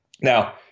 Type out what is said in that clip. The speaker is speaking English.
Now